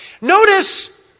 Notice